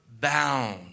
bound